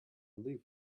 leaf